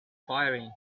firing